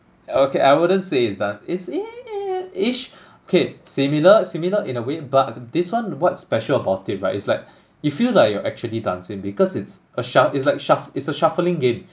okay I wouldn't say it's dan~ it's ~ish okay similar similar in a way but this one what's special about it right it's like you feel like you're actually dancing because it's a shu~ it's like shuf~ it's a shuffling game